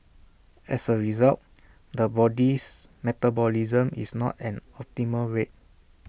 as A result the body's metabolism is not at an optimal rate